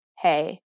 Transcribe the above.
Hey